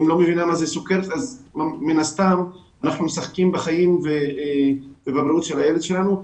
כך יוצא שמשחקים בחיים ובבריאות של הילדים שלנו.